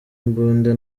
mbunda